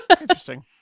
Interesting